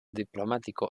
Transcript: diplomático